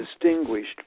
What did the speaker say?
distinguished